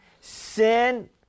Sin